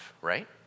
right